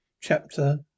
Chapter